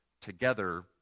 together